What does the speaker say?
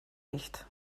nicht